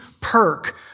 perk